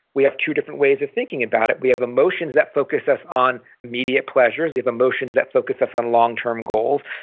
we have two different ways of thinking about it. we have emotions that focus us on immediate pleasures. we have emotions that focus us on longterm goals.